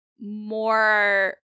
more